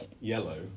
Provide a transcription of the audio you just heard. yellow